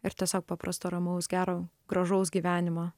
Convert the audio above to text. ir tiesiog paprasto ramaus gero gražaus gyvenimo